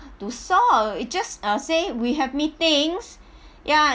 to saw it just uh say we have meetings ya